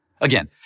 Again